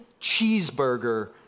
cheeseburger